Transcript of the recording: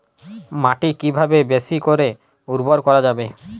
মাটি কিভাবে বেশী করে উর্বর করা যাবে?